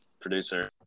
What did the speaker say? producer